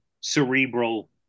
cerebral